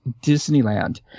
Disneyland